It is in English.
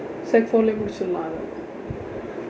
sec four-lae முடிச்சிரலாம் இவள்:mudichsiralaam ival